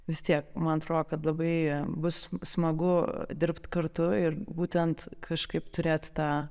vis tiek man atrodo kad labai bus smagu dirbt kartu ir būtent kažkaip turėti tą